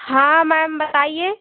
हाँ मैम बताइए